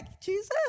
Jesus